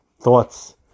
thoughts